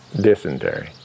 dysentery